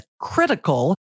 critical